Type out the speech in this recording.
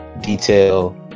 detail